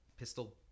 Pistol